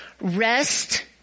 rest